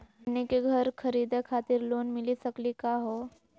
हमनी के घर खरीदै खातिर लोन मिली सकली का हो?